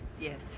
Yes